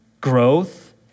growth